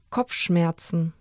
Kopfschmerzen